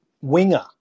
winger